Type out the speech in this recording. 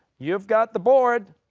you've got the board.